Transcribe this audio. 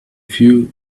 few